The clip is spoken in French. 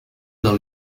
dans